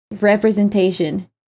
representation